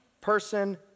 person